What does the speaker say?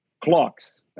clocks